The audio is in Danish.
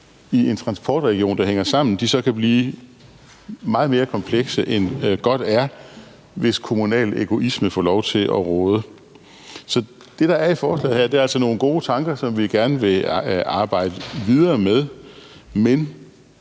i en transportregion, der hænger sammen, så kan blive meget mere komplekse, end godt er, hvis kommunal egoisme få lov til at råde. Så det, der er i forslaget her, er altså nogle gode tanker, som vi gerne vil arbejde videre med, men